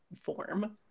form